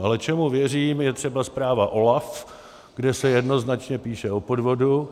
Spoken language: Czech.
Ale čemu věřím, je třeba zpráva OLAF, kde se jednoznačně píše o podvodu.